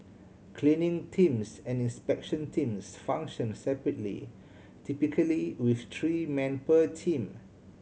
cleaning teams and inspection teams function separately typically with three men per team